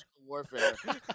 warfare